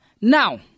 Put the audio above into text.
Now